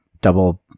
double